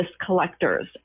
collectors